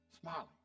Smiling